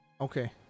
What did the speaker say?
Okay